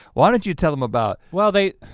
why don't you tell em about well they.